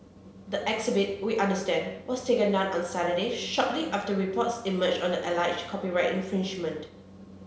the exhibit we understand was taken down on Saturday shortly after reports emerged on the copyright infringement